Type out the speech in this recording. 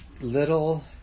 little